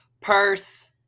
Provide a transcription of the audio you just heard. purse